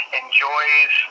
enjoys